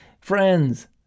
Friends